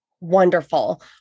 Wonderful